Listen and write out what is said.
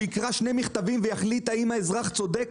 שיקרא שני מכתבים ויחליט האם אזרח צודק?